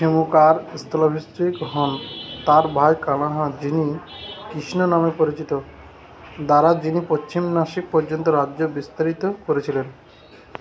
শিমুকার স্থলাভিষিক্ত হন তার ভাই কানহা যিনি কৃষ্ণ নামে পরিচিত দ্বারা যিনি পশ্চিম নাসিক পর্যন্ত রাজ্য বিস্তারিত করেছিলেন